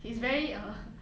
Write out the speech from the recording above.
he's very uh